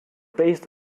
based